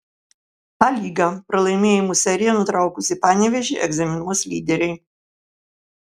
a lyga pralaimėjimų seriją nutraukusį panevėžį egzaminuos lyderiai